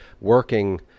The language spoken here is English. working